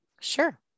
Sure